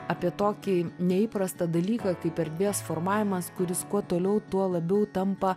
apie tokį neįprastą dalyką kaip erdvės formavimas kuris kuo toliau tuo labiau tampa